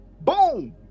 Boom